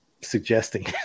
suggesting